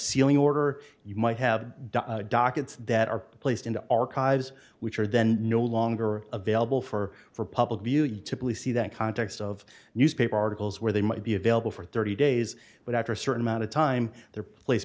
ceiling order you might have done dockets that are placed in the archives which are then no longer available for for public view you typically see that context of newspaper articles where they might be available for thirty days but after a certain amount of time they're place